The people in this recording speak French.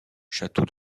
château